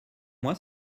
moi